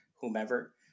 whomever